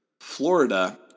Florida